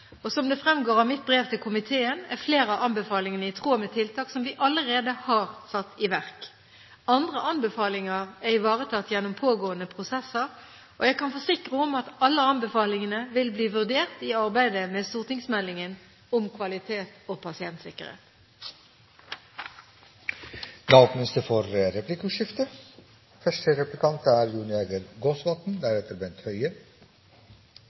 forslag. Som det fremgår av mitt brev til komiteen, er flere av anbefalingene i tråd med tiltak som vi allerede har satt i verk. Andre anbefalinger er ivaretatt gjennom pågående prosesser. Jeg kan forsikre om at alle anbefalingene vil bli vurdert i arbeidet med stortingsmeldingen om kvalitet og pasientsikkerhet. Det blir replikkordskifte. Hva er statsrådens begrunnelse for